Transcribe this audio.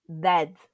dead